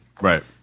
right